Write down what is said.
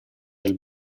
del